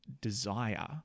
desire